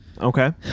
okay